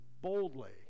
boldly